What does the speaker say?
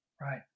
right